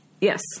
Yes